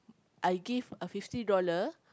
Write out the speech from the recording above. I give a fifty dollar